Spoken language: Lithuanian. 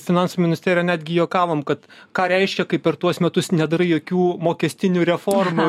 finansų ministerija netgi juokavom kad ką reiškia kai per tuos metus nedarai jokių mokestinių reformų